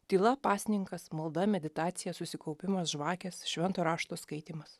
tyla pasninkas malda meditacija susikaupimas žvakės šventojo rašto skaitymas